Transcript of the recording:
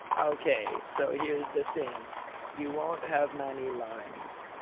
okay, so here's the thing you won't have many lines.